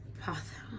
path